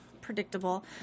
predictable